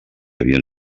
havien